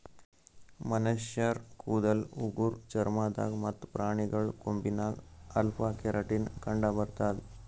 ಮನಶ್ಶರ್ ಕೂದಲ್ ಉಗುರ್ ಚರ್ಮ ದಾಗ್ ಮತ್ತ್ ಪ್ರಾಣಿಗಳ್ ಕೊಂಬಿನಾಗ್ ಅಲ್ಫಾ ಕೆರಾಟಿನ್ ಕಂಡಬರ್ತದ್